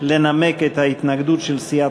לנמק את ההתנגדות של סיעת